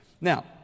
Now